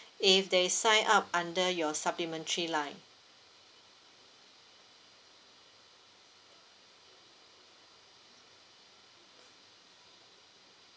if they sign up under your supplementary line